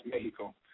Mexico